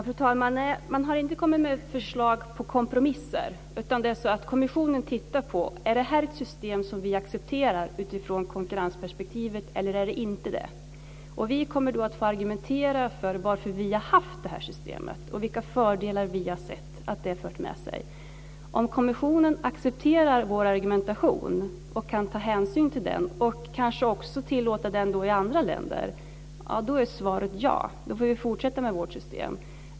Fru talman! Man har inte kommit med förslag till kompromisser. Kommissionen tittar på det och ställer frågan: Är detta ett system som vi accepterar utifrån konkurrensperspektivet, eller är det inte det? Vi kommer att få argumentera för varför vi har haft systemet och vilka fördelar vi har sett att det fört med sig. Om kommissionen accepterar vår argumentation och kan ta hänsyn till den, och kanske också tillåta systemet i andra länder, är svaret ja. Då får vi fortsätta med vårt system.